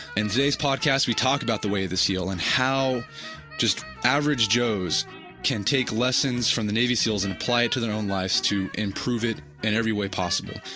and today's podcast we talk about the way of the seal and how just average joes can take lessons from the navy seals and apply it to their own lives to improve it in every way possible.